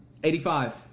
85